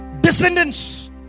descendants